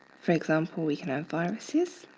for example, we can have viruses,